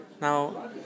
now